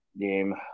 game